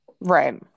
right